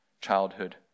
childhood